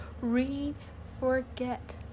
re-forget